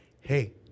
Hey